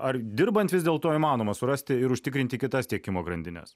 ar dirbant vis dėlto įmanoma surasti ir užtikrinti kitas tiekimo grandines